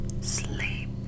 sleep